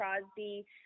Crosby